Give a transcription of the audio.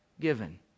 given